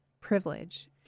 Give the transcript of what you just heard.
privilege